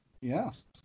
Yes